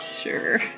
Sure